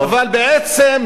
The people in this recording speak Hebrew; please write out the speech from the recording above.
באמת.